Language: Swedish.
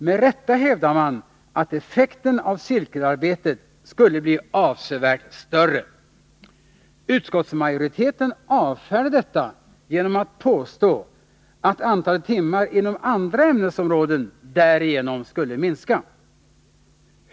Med rätta hävdar man att effekten av cirkelarbetet skulle bli avsevärt större. Utskottsmajoriteten avfärdar detta genom att påstå att antalet timmar inom andra ämnesområden därigenom skulle minska.